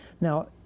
Now